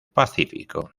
pacífico